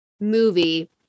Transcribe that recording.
movie